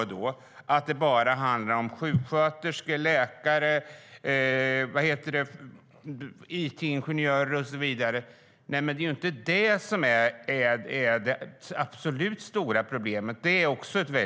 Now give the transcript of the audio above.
Handlar det bara om sjuksköterskor, läkare, it-ingenjörer och så vidare? Men det är inte de som är det absolut stora problemet.